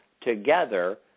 together